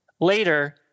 Later